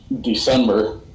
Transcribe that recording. December